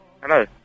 Hello